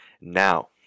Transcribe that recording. now